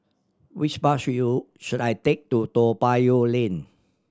which bus should you should I take to Toa Payoh Lane